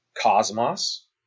cosmos